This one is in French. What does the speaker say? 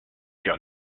coeur